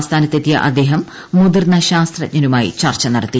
ആസ്ഥാനത്തെത്തിയ അദ്ദേഹം മുതിർന്ന ശാസ്ത്രജ്ഞരുമായി ചർച്ച നടത്തി